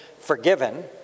forgiven